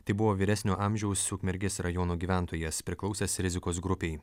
tai buvo vyresnio amžiaus ukmergės rajono gyventojas priklausęs rizikos grupei